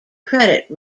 credit